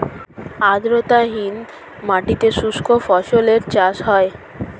আর্দ্রতাহীন মাটিতে শুষ্ক ফসলের চাষ হয়